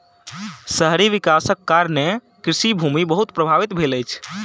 शहरी विकासक कारणें कृषि भूमि बहुत प्रभावित भेल अछि